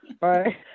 Right